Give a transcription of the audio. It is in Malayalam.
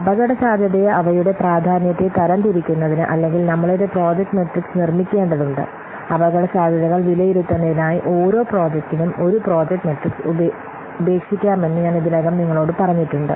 അപകടസാധ്യതയെ അവയുടെ പ്രാധാന്യത്തെ തരംതിരിക്കുന്നതിന് അല്ലെങ്കിൽ നമ്മൾ ഒരു പ്രോജക്റ്റ് മെട്രിക്സ് നിർമ്മിക്കേണ്ടതുണ്ട് അപകടസാധ്യതകൾ വിലയിരുത്തുന്നതിനായി ഓരോ പ്രോജക്റ്റിനും ഒരു പ്രോജക്റ്റ് മെട്രിക്സ് ഉപേക്ഷിക്കാമെന്ന് ഞാൻ ഇതിനകം നിങ്ങളോട് പറഞ്ഞിട്ടുണ്ട്